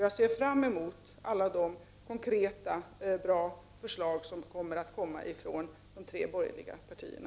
Jag ser fram emot alla de konkreta, bra förslag som vi kommer att få från de tre borgerliga partierna.